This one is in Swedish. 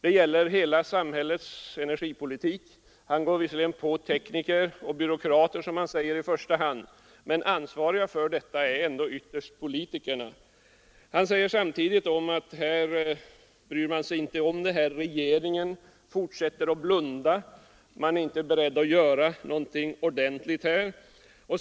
Han säger sig visserligen i första hand angripa tekniker och byråkrater, men de som främst är ansvariga för energifrågorna är ändå politikerna. Han säger samtidigt att de inte bryr sig om problemet. Regeringen fortsätter att blunda och är inte beredd att ta några ordentliga grepp.